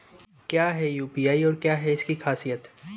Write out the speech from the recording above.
क्या है यू.पी.आई और क्या है इसकी खासियत?